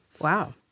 Wow